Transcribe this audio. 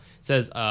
says